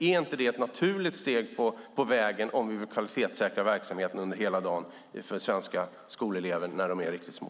Är inte det ett naturligt steg på vägen om vi vill kvalitetssäkra verksamheten under hela dagen för svenska skolelever när de är riktigt små?